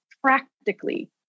practically